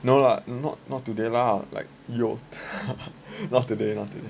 no lah not not today lah like yo not today not today